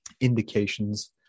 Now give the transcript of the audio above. indications